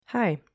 Hi